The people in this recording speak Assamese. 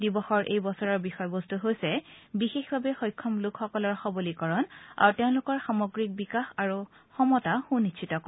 দিৱসৰ এই বছৰৰ বিষয়বস্তু হৈছে বিশেষভাৱে সক্ষম লোকসকলৰ সবলীকৰণ আৰু তেওঁলোকৰ সামগ্ৰিক বিকাশ আৰু সমতা সুনিশ্চিত কৰা